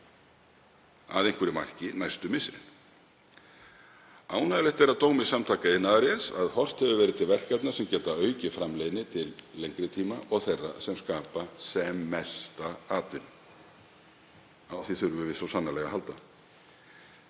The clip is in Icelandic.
að einhverju marki næstu misserin. Ánægjulegt er að dómi Samtaka iðnaðarins að horft hefur verið til verkefna sem geta aukið framleiðni til lengri tíma og þeirra sem skapa sem mesta atvinnu. Á því þurfum við svo sannarlega að halda.